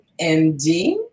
MD